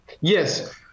Yes